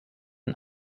ein